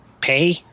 Pay